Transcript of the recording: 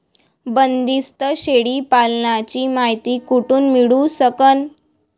बंदीस्त शेळी पालनाची मायती कुठून मिळू सकन?